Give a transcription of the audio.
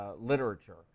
literature